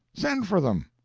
send for them.